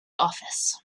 office